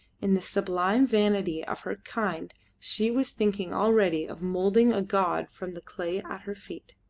in the sublime vanity of her kind she was thinking already of moulding a god from the clay at her feet.